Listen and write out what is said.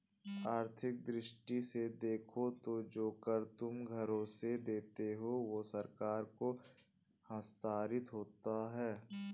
आर्थिक दृष्टि से देखो तो जो कर तुम घरों से देते हो वो सरकार को हस्तांतरित होता है